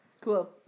Cool